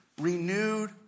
renewed